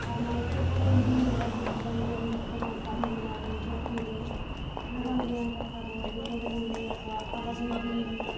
ᱟᱨ ᱢᱟᱱᱮ ᱪᱮᱫ ᱠᱚᱵᱚᱱ ᱧᱩ ᱞᱮᱜᱼᱟ ᱪᱮᱫ ᱠᱚᱵᱚᱱ ᱡᱚᱢ ᱞᱮᱫ ᱛᱮᱵᱚᱱ ᱛᱟᱦᱮᱸ ᱞᱮᱱᱟ ᱵᱚᱱ ᱫᱷᱟᱹᱨᱛᱤ ᱨᱮ ᱱᱟᱜᱟᱢ ᱨᱮᱭᱟᱝ ᱠᱟᱛᱷᱟ ᱫᱚ ᱡᱚᱛᱚ ᱜᱮᱵᱚᱱ ᱞᱟᱹᱭᱟᱠᱚᱣᱟ ᱟᱞᱚ ᱵᱚᱱ ᱦᱤᱲᱤᱧ ᱢᱟ